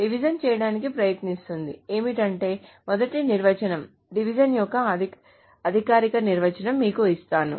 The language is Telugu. డివిజన్ చేయడానికి ప్రయత్నిస్తున్నది ఏమిటంటే మొదటి నిర్వచనం డివిజన్ యొక్క అధికారిక నిర్వచనం మీకు ఇస్తాను